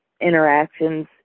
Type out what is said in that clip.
interactions